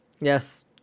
Yes